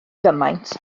gymaint